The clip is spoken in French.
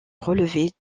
relevait